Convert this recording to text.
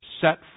Set